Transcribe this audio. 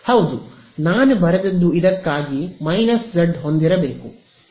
ಹೌದು ನಾನು ಬರೆದದ್ದು ಇದಕ್ಕಾಗಿ −z ಹೊಂದಿರಬೇಕು